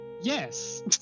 Yes